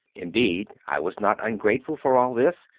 in deed, i was not ungrateful for all this,